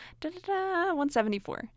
174